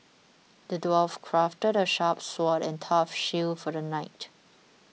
the dwarf crafted a sharp sword and a tough shield for the knight